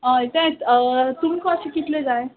हय तेंच तुमकां अशें कितलें जाय